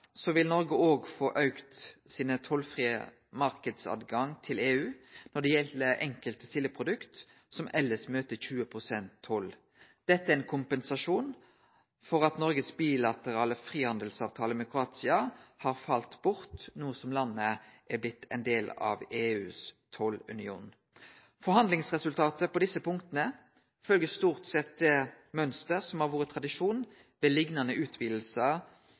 vil Noreg òg få auka sin tollfrie marknadstilgjenge til EU når det gjeld enkelte sildeprodukt, som elles møter 20 pst. toll. Dette er ein kompensasjon for at Noregs bilaterale frihandelsavtale med Kroatia har falle bort no som landet har blitt ein del av EUs tollunion. Forhandlingsresultatet på desse punkta følgjer stort sett det mønsteret som har vore tradisjon ved liknande